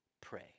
pray